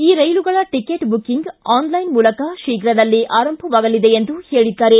ಈ ರೈಲುಗಳ ticket booking online ಮೂಲಕ ಶೀಘ್ರದಲ್ಲೇ ಆರಂಭವಾಗಲಿದೆ ಎಂದು ಹೇಳಿದ್ದಾರೆ